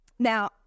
Now